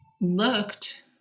looked